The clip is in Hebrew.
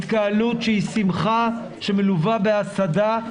התקהלות שהיא שמחה שמלווה בהסעדה,